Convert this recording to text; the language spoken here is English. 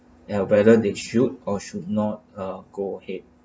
at whether they should or should not ah go ahead